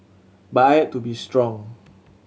but I had to be strong